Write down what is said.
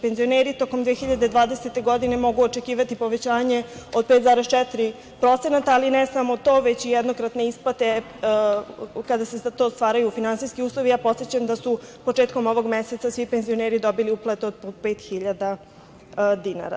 Penzioneri tokom 2020. godine mogu očekivati povećanje od 5,4%, ali ne samo to, već i jednokratne isplate kada se za to stvaraju finansijski uslovi, a podsećam da su početkom ovog meseca svi penzioneri dobili uplate od po pet hiljada dinara.